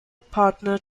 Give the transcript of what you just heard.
partner